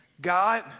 God